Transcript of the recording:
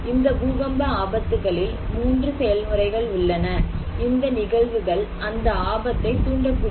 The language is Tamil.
இந்த பூகம்ப ஆபத்துகளில் மூன்று செயல்முறைகள் உள்ளன இந்த நிகழ்வுகள் அந்த ஆபத்தை தூண்டக் கூடியவை